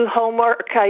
homework